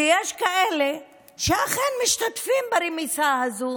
ויש כאלה שאכן משתתפים ברמיסה הזו,